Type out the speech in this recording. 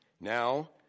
Now